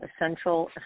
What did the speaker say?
essential